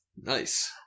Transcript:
Nice